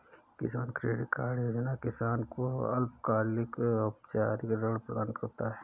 किसान credit card योजना किसान को अल्पकालिक औपचारिक ऋण प्रदान करता है